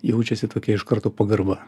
jaučiasi tokia iš karto pagarba